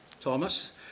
Thomas